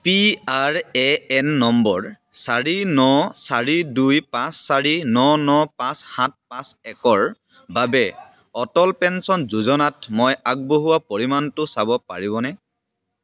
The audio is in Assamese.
P R A N number চাৰি ন চাৰি দুই পাঁচ চাৰি ন ন পাঁচ সাত পাঁচ এক ৰ বাবে অটল পেঞ্চন যোজনাত মই আগবঢ়োৱা পৰিমাণটো চাব পাৰিবনে